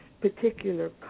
particular